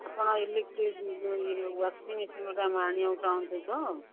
ଆପଣ ଇଲେକ୍ଟ୍ରି ଇଏ ୱାସିଂ ମେସିନ୍ ଗୋଟେ ଆମେ ଆଣିବାକୁ ଚାହୁଁଛୁ ତ